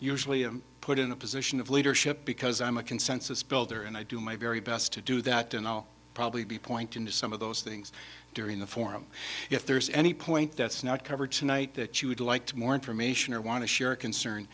usually i'm put in a position of leadership because i'm a consensus builder and i do my very best to do that and i'll probably be pointing to some of those things during the forum if there's any point that's not cover tonight that you would like to more information or want to share a concern